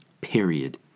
Period